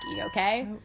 okay